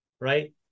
right